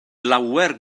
lawer